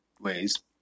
ways